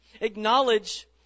acknowledge